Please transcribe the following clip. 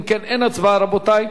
אם כן, אין הצבעה, רבותי.